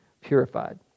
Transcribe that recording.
purified